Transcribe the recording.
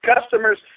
customers